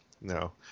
no